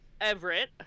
Everett